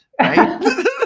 right